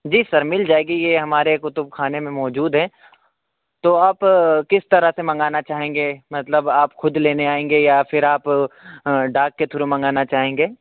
جی sir مل جائے گی یہ ہمارے کتب خانے میں موجود ہیں تو آپ کس طرح سے منگانا چاہیں گے مطلب آپ خود لینے آئیں گے یا پھر آپ ڈاک کے تھرو منگانہ چاہیں گے